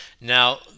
Now